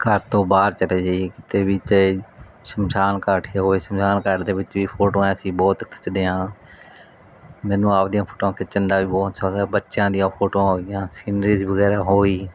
ਘਰ ਤੋਂ ਬਾਹਰ ਚਲੇ ਜਾਈਏ ਕਿੱਤੇ ਵੀ ਚਾਹੇ ਸ਼ਮਸ਼ਾਨ ਘਾਟ ਹੋਏ ਸ਼ਮਸ਼ਾਨ ਘਾਟ ਦੇ ਵਿੱਚ ਵੀ ਫੋਟੋਆਂ ਅਸੀਂ ਬਹੁਤ ਖਿੱਚਦੇ ਹਾਂ ਮੈਨੂੰ ਆਪਦੀਆਂ ਫੋਟੋਆਂ ਖਿੱਚਣ ਦਾ ਵੀ ਬਹੁਤ ਸੌਂਕ ਆ ਬੱਚਿਆਂ ਦੀਆਂ ਫੋਟੋਆਂ ਹੋ ਗਈਆਂ ਸੀਨਰੀਜ਼ ਵਗੈਰਾ ਹੋ ਗਈ